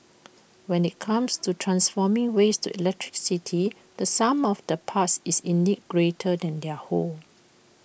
when IT comes to transforming waste to electricity the sum of the parts is indeed greater than their whole